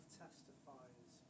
testifies